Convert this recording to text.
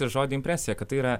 ir žodį impresija kad tai yra